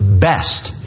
best